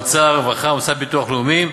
משרד האוצר, משרד הרווחה והמוסד לביטוח לאומי,